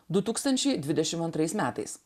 du tūkstančiai dvidešimt antrais metais